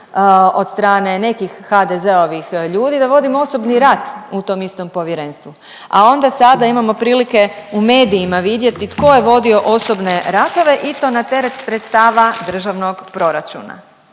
od strane nekih HDZ-ovih ljudi da vodim osobni rat u tom istom Povjerenstvu, a onda sada imamo prilike u medijima vidjeti tko je vodio osobne ratove i to na teret sredstava Državnog proračuna